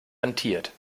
rentiert